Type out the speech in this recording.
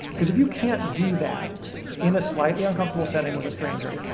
cause if you can't do that in a slightly uncomfortable setting with a stranger,